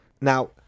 Now